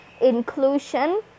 inclusion